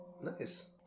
Nice